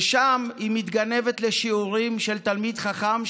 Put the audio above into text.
ושם היא מתגנבת לשיעורים של תלמיד חכם,